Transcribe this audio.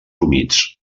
humits